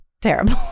terrible